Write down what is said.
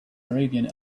arabian